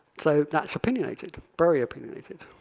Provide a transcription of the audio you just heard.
so that's opinionated, very opinionated.